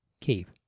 keep